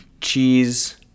cheese